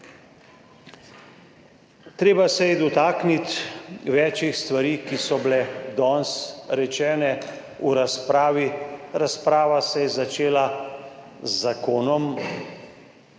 Treba se je dotakniti več stvari, ki so bile danes rečene v razpravi. Razprava se je začela z zakonom